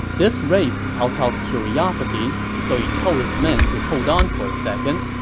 this raised cao cao's curiosity, so he told his men to hold on for a second